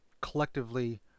Collectively